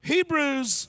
Hebrews